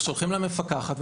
שולחים למפקחת.